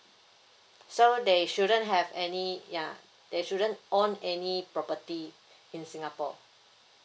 so they shouldn't have any ya they shouldn't own any property in singapore